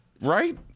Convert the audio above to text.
right